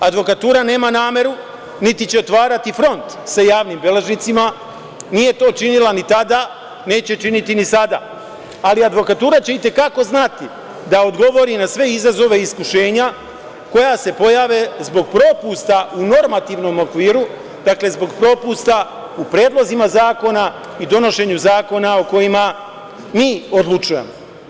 Advokatura nema nameru, niti će otvarati front sa javnim beležnicima, nije to činila ni tada, neće činiti ni sada, ali advokatura će i te kako znati da odgovori na sve izazove i iskušenja koja se pojave zbog propusta u normativnom okviru, dakle, zbog propusta u predlozima zakona i donošenju zakona o kojima mi odlučujemo.